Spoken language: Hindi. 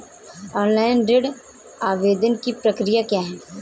ऑनलाइन ऋण आवेदन की प्रक्रिया क्या है?